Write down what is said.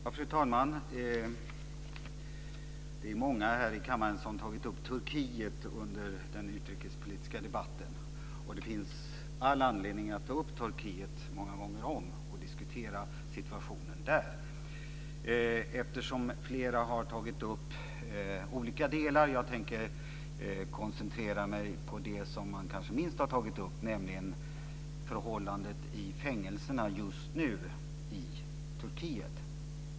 Fru talman! Det är många här i kammaren som talat om Turkiet under den utrikespolitiska debatten. Det finns all anledning att ta upp och diskutera situationen i Turkiet många gånger om. Eftersom flera talare har tagit upp olika delar tänker jag koncentrera mig på det som man kanske har tagit upp minst, nämligen förhållandet i fängelserna just nu i Turkiet.